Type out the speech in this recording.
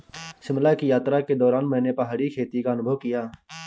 शिमला की यात्रा के दौरान मैंने पहाड़ी खेती का अनुभव किया